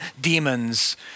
demons